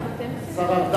גם אתם עושים,